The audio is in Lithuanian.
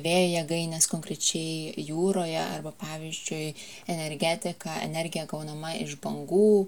vėjo jėgainės konkrečiai jūroje arba pavyzdžiui energetika energija gaunama iš bangų